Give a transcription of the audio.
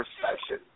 perception